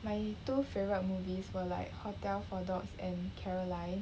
my two favorite movies were like hotel for dogs and caroline